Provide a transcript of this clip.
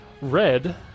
Red